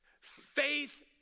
Faith